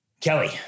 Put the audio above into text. Kelly